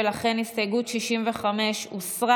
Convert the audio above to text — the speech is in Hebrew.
ולכן הסתייגות 65 הוסרה.